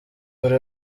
buri